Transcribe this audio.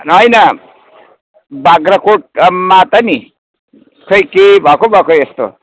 होइन बाग्राकोटमा त नि खोइ के भएको भएको यस्तो